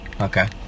Okay